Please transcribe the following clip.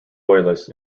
loyalists